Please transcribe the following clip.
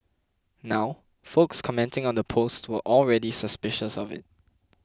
now folks commenting on the post were already suspicious of it